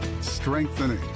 strengthening